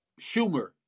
Schumer